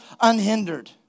unhindered